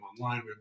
online